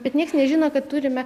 bet nieks nežino kad turime